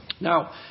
Now